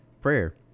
prayer